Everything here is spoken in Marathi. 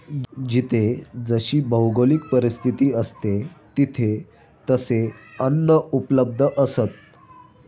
जिथे जशी भौगोलिक परिस्थिती असते, तिथे तसे अन्न उपलब्ध असतं